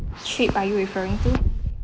which trip are you referring to